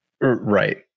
Right